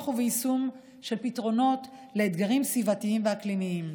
וביישום של פתרונות לאתגרים סביבתיים ואקלימיים.